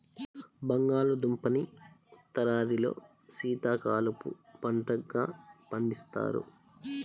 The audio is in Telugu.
బంగాళాదుంపని ఉత్తరాదిలో శీతాకాలపు పంటగా పండిస్తారు